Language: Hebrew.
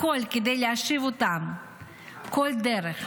הכול, כדי להשיב אותם בכל דרך.